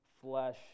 flesh